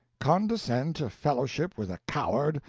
condescend to fellowship with a coward,